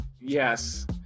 Yes